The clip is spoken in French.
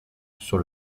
sur